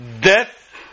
death